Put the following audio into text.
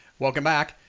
welcome back.